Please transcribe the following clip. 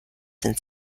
den